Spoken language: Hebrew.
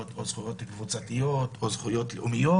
או זכויות קבוצתיות או זכויות לאומיות.